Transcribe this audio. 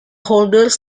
holders